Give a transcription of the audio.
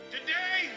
Today